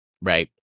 Right